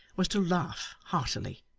was to laugh heartily.